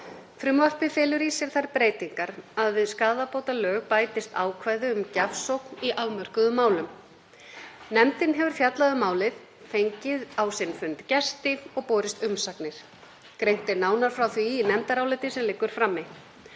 Frumvarpið felur í sér þær breytingar að við skaðabótalög bætist ákvæði um gjafsókn í afmörkuðum málum. Nefndin fjallaði um málið, fékk á sinn fund gesti og bárust umsagnir. Greint er nánar frá því í nefndaráliti sem liggur frammi.